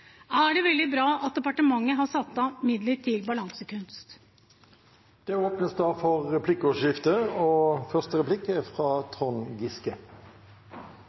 er det veldig bra at departementet har satt av midler til Balansekunst. Det blir replikkordskifte. Budsjettet er